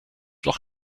loch